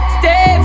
stay